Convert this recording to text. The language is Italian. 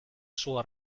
suo